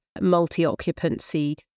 multi-occupancy